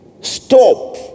stop